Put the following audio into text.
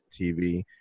TV